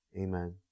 amen